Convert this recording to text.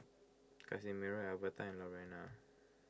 Casimiro Alverta and Lorena